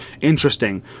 Interesting